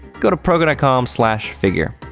go to proko com figure.